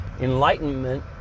enlightenment